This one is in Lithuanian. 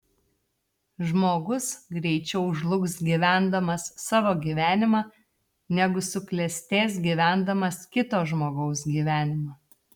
žmogus greičiau žlugs gyvendamas savo gyvenimą negu suklestės gyvendamas kito žmogaus gyvenimą